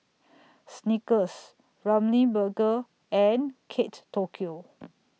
Snickers Ramly Burger and Kate Tokyo